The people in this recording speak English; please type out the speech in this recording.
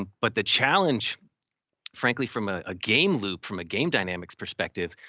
but the challenge frankly, from ah a game loop, from a game dynamics perspective,